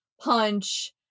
punch